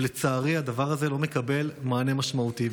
ולצערי הדבר הזה לא מקבל מענה משמעותי.